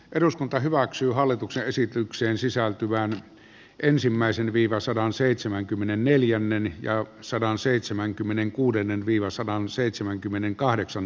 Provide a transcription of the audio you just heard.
eduskunta hyväksyy hallituksen esitykseen sisältyvään ensimmäisen viidensadanseitsemänkymmenenneljännen ja sadanseitsemänkymmenenkuuden tässä lyhyesti